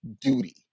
duty